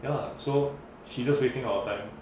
ya lah so she just wasting our time